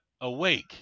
awake